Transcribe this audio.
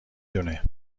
دونه